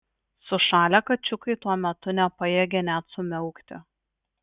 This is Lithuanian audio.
sušalę kačiukai tuo metu nepajėgė net sumiaukti